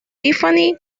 tiffany